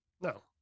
No